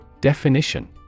Definition